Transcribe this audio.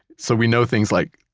so we know things like,